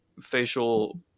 facial